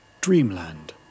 Dreamland